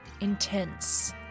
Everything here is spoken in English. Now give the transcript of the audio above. intense